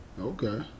okay